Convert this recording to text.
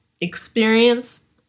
experience